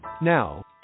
Now